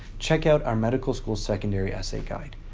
check out our medical school secondary essay guide.